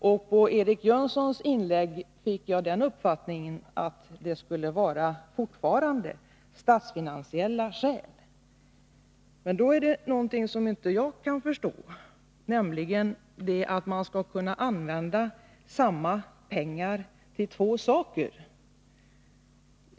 Av Eric Jönssons inlägg fick jag uppfattningen att det var statsfinansiella skäl. Det jag i så fall inte kan förstå är hur man tänker sig kunna använda samma pengar till två saker.